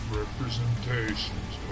representations